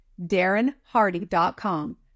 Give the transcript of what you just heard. darrenhardy.com